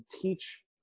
teach